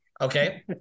Okay